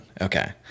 okay